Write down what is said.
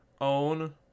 own